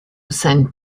sent